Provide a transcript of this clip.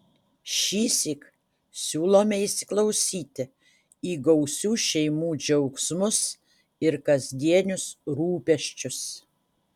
šįsyk siūlome įsiklausyti į gausių šeimų džiaugsmus ir kasdienius rūpesčius